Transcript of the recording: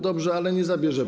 Dobrze, ale nie zabierze pan.